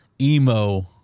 emo